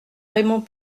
raymond